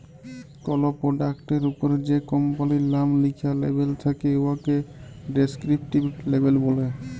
call পরডাক্টের উপরে যে কম্পালির লাম লিখ্যা লেবেল থ্যাকে উয়াকে ডেসকিরিপটিভ লেবেল ব্যলে